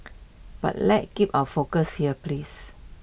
but let's keep our focus here please